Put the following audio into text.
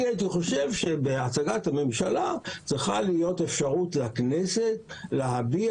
אני הייתי חושב שבהצגת הממשלה צריכה להיות אפשרות לכנסת להביא